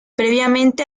previamente